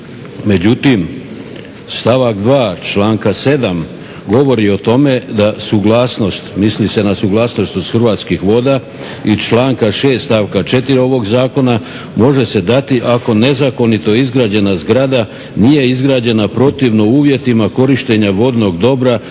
Međutim, stavak 2. članka 7. govori o tome da suglasnost, misli se na suglasnost Hrvatskih voda i članka 6. stavka 4. ovoga zakona može se dati ako nezakonito izgrađena zgrada nije izgrađena protivno uvjetima korištenje vodnog dobra